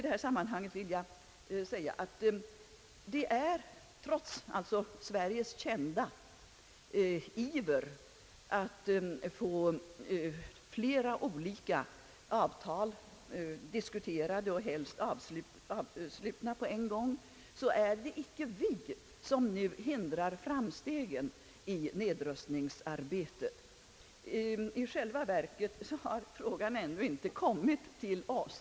I detta sammanhang skulle jag också vilja säga att det, trots Sveriges kända iver att få flera olika avtal diskuterade och helst slutna på en gång, icke är vi som nu hindrar framstegen i nedrustningsarbetet. I själva verket har några definitiva frågor ännu inte ställts till oss.